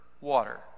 water